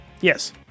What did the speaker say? Yes